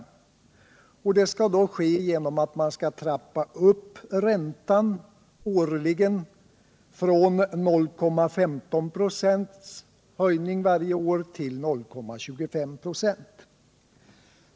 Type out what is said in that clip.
Det kan då ske genom att räntan skall trappas upp årligen från 0,15 96 höjning varje år till 0,25 96 höjning.